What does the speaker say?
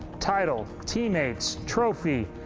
title, teammates, trophy,